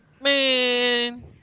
Man